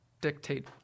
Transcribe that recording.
dictate